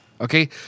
Okay